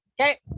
Okay